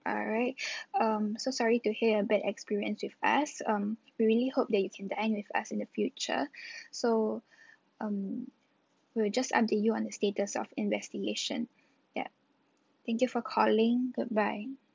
alright um so sorry to hear your bad experience with us um we really hope that you can dine with us in the future so um we'll just update you on the status of investigation yup thank you for calling goodbye